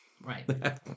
Right